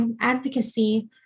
advocacy